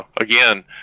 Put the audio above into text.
again